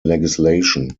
legislation